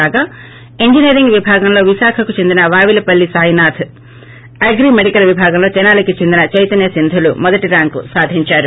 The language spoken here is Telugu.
కాగా ఇంజినీరింగ్ విభాగంలో విశాఖకు చెందిన వావిలపల్లి సాయినాథ్ అగ్రి మెడిసిన్ విభాగంలో తెనాలి చెందిన చైతన్య సింధులు మొదటి ర్యాంకు సాధించారు